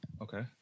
okay